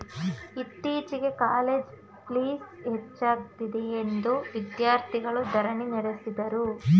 ಇತ್ತೀಚೆಗೆ college fees ಹೆಚ್ಚಾಗಿದೆಯೆಂದು ವಿದ್ಯಾರ್ಥಿಗಳು ಧರಣಿ ನಡೆಸಿದರು